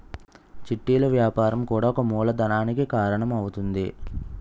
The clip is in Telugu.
చిట్టీలు వ్యాపారం కూడా ఒక మూలధనానికి కారణం అవుతుంది